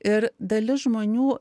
ir dalis žmonių